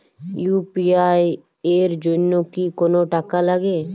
UPI এর জন্য কি কোনো টাকা লাগে?